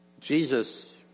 Jesus